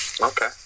okay